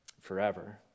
forever